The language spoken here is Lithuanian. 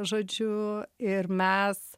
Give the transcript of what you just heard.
žodžiu ir mes